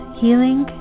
healing